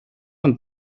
and